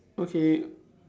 okay